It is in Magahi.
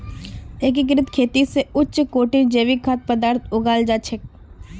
एकीकृत खेती स उच्च कोटिर जैविक खाद्य पद्दार्थ उगाल जा छेक